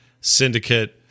Syndicate